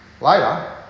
Later